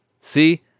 See